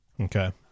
okay